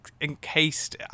encased